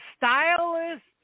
stylist